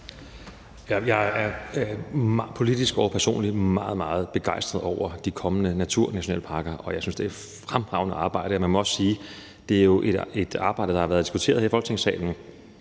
Jeg er politisk og personligt meget, meget begejstret over de kommende naturnationalparker, og jeg synes, at det er et fremragende arbejde. Jeg må også sige, at det jo er et arbejde, der har været diskuteret her i Folketingssalen,